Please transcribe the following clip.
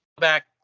back